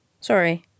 Sorry